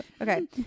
okay